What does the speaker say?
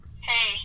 Hey